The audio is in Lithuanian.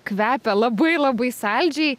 kvepia labai labai saldžiai